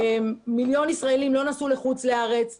מיליון ישראלים לא נסעו לחוץ לארץ .